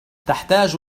تحتاج